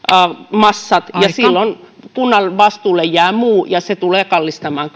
massat ja silloin kunnan vastuulle jää muu ja se tulee kallistamaan